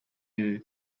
new